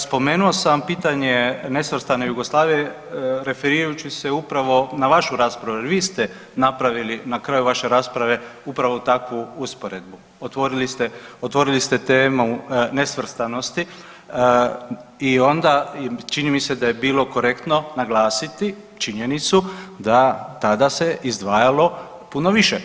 Spomenuo sam vam pitanje nesvrstane Jugoslavije referirajući se upravo na vašu raspravu jer vi ste napravili na kraju vaše rasprave upravo takvu usporedbu, otvorili ste temu nesvrstanosti i onda čini mi se da je bilo korektno naglasiti činjenicu da tada se izdvajalo puno više.